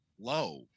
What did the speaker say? low